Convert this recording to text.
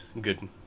good